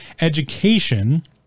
Education